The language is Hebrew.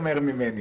מי נגד?